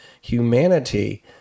humanity